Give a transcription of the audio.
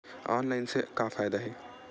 Online से का फ़ायदा हे?